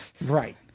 Right